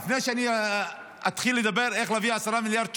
לפני שאני אתחיל לומר איך להביא 10 מיליארד שקל,